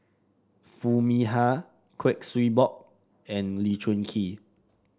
Foo Mee Har Kuik Swee Boon and Lee Choon Kee